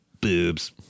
boobs